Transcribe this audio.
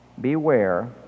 Beware